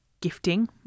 gifting